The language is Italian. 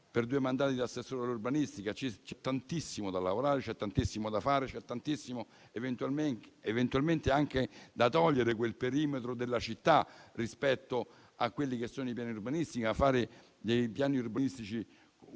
per due mandati come assessore all'urbanistica. C'è tantissimo da lavorare, c'è tantissimo da fare, c'è eventualmente anche da togliere quel perimetro della città rispetto ai piani urbanistici, realizzando dei piani urbanistici